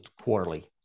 Quarterly